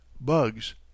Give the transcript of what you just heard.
bugs